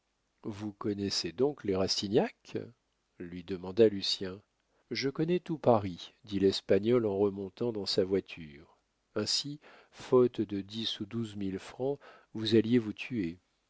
vous connaissez donc les rastignac lui demanda lucien je connais tout paris dit l'espagnol en remontant dans sa voiture ainsi faute de dix ou douze mille francs vous alliez vous tuer